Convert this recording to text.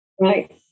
Right